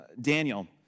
Daniel